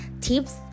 Tips